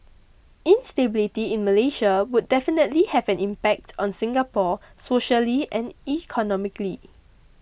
instability in Malaysia would definitely have an impact on Singapore socially and economically